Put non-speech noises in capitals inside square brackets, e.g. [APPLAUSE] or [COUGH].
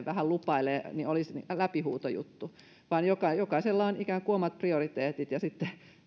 [UNINTELLIGIBLE] vähän lupailee olisi läpihuutojuttu vaan jokaisella on ikään kuin omat prioriteettinsa ja sitten